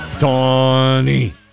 Donnie